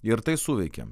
ir tai suveikė